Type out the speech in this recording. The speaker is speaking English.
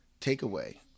takeaway